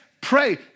pray